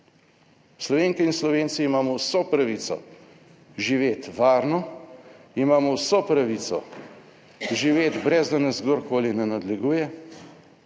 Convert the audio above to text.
Slovenke in Slovenci imamo vso pravico živeti varno, imamo vso pravico živeti brez, da nas kdorkoli ne nadleguje,